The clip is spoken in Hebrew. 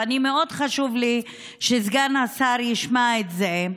ומאוד חשוב לי שסגן השר ישמע את זה,